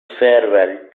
farewell